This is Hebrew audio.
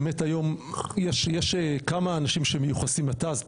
באמת היום יש כמה אנשים שמיוחסים לט"ז,